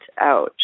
out